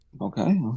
Okay